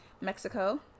Mexico